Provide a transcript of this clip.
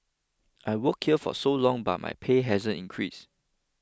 I've worked here for so long but my pay hasn't increased